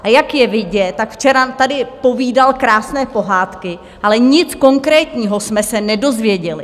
A jak je vidět, tak včera tady povídal krásné pohádky, ale nic konkrétního jsme se nedozvěděli.